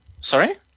Sorry